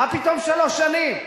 מה פתאום שלוש שנים?